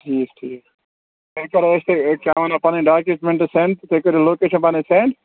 ٹھیٖک ٹھیٖک تیٚلہِ کَرو أسۍ تۄہہِ پنٕنۍ ڈاکِمٮ۪نٹٕس سٮ۪نٛڈ تُہۍ کٔرِو لوکیٚشن پنٕنۍ سٮ۪نٛڈ